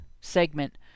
segment